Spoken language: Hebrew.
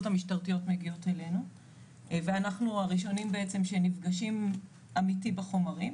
המשטרתיות מגיעות אלינו ואנחנו הראשונים שנפגשים אמיתי בחומרים,